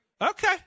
Okay